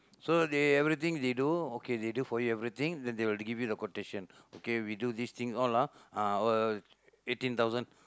so they everything they do okay they do for you everything then they will give you quotation okay we do these things all ah uh eighteen thousand